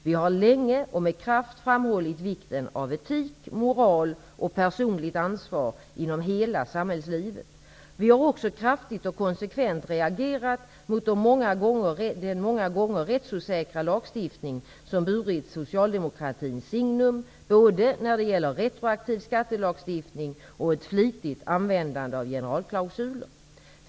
Vi har länge och med kraft framhållit vikten av etik, moral och personligt ansvar inom hela samhällslivet. Vi har också kraftigt och konsekvent reagerat mot den många gånger rättsosäkra lagstiftning som burit socialdemokratins signum, både när det gäller retroaktiv skattelagstiftning och ett flitigt användande av generalklausuler.